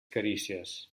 carícies